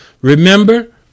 Remember